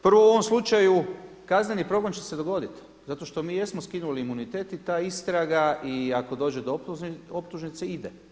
Prvo u ovom slučaju kazneni progon će se dogoditi zato što mi jesmo skinuli imunitet i ta istraga i ako dođe do optužnice ide.